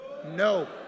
No